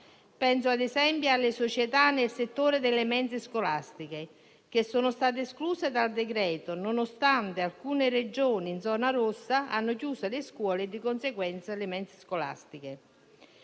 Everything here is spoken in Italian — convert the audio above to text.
Penso - ad esempio - alle aziende del settore delle mense scolastiche, che sono state escluse dal provvedimento, nonostante alcune Regioni in zona rossa hanno chiuso le scuole e, di conseguenza, le mense scolastiche.